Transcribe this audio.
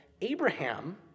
Abraham